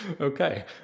Okay